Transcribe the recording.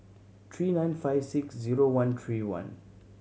three nine five six zero one three one